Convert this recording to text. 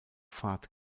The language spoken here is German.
fahrt